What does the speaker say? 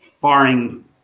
barring